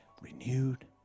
renewed